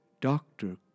doctor